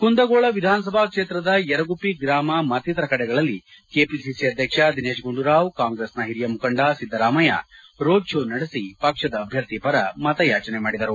ಕುಂದಗೋಳ ವಿಧಾನಸಭಾ ಕ್ಷೇತ್ರದ ಯರಗುಪ್ಪಿ ಗೂಮ ಮತ್ತಿತರ ಕಡೆಗಳಲ್ಲಿ ಕೆಪಿಸಿಸಿ ಅಧ್ಯಕ್ಷ ದಿನೇತ್ ಗುಂಡೂರಾವ್ ಕಾಂಗ್ರೆಸ್ನ ಓರಿಯ ಮುಖಂಡ ಸಿದ್ದರಾಮಯ್ಯ ರೋಡ್ ಶೋ ನಡೆಸಿ ಪಕ್ಷದ ಅಭ್ಯರ್ಥಿ ಪರ ಮತಯಾಚನೆ ಮಾಡಿದರು